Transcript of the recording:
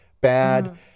bad